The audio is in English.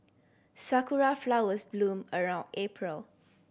sakura flowers bloom around April